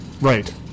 Right